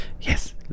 Yes